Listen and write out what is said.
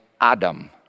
Adam